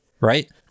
Right